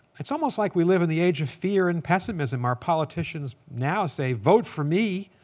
it's almost like we live in the age of fear and pessimism. our politicians now say, vote for me.